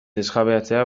desjabetzea